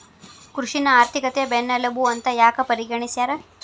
ಕೃಷಿನ ಆರ್ಥಿಕತೆಯ ಬೆನ್ನೆಲುಬು ಅಂತ ಯಾಕ ಪರಿಗಣಿಸ್ಯಾರ?